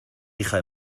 hija